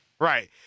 Right